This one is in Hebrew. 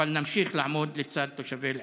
אבל נמשיך לעמוד לצד תושבי עיסאוויה.